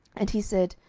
and he said,